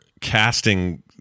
casting